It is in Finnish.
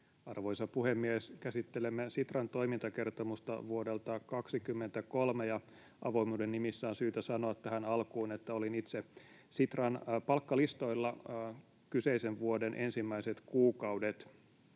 Arvoisa puhemies! Käsittelemme Sitran toimintakertomusta vuodelta 23. Avoimuuden nimissä on syytä sanoa tähän alkuun, että olin itse Sitran palkkalistoilla kyseisen vuoden ensimmäiset kuukaudet.